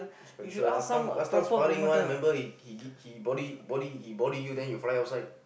Spencer last time last time sparring one remember he he he body body he body you then you fly outside